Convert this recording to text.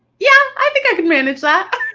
yeah, i think i could manage that.